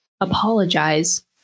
apologize